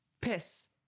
piss